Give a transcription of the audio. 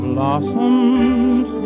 Blossoms